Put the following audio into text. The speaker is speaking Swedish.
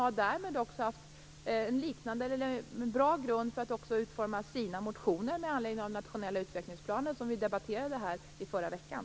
Därmed har man också haft en bra grund för att utforma sina motioner med anledning av den nationella utvecklingsplanen, som vi debatterade här i förra veckan.